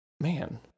man